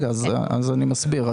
אני מסביר.